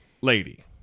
lady